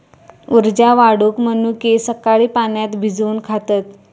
उर्जा वाढवूक मनुके सकाळी पाण्यात भिजवून खातत